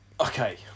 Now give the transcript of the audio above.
Okay